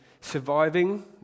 surviving